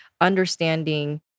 understanding